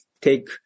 take